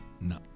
No